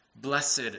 blessed